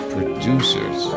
Producers